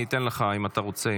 אני אתן לך אם אתה רוצה,